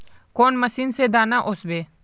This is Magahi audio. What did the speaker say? कौन मशीन से दाना ओसबे?